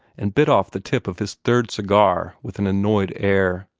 and bit off the tip of his third cigar with an annoyed air.